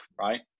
right